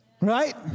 Right